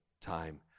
time